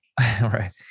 right